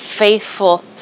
faithful